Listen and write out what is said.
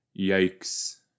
Yikes